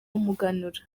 umuganura